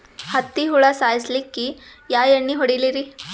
ಹತ್ತಿ ಹುಳ ಸಾಯ್ಸಲ್ಲಿಕ್ಕಿ ಯಾ ಎಣ್ಣಿ ಹೊಡಿಲಿರಿ?